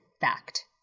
fact